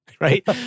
right